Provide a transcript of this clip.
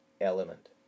element